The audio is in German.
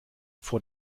vor